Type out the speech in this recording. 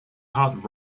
hot